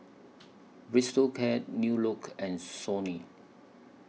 Bistro Cat New Look and Sony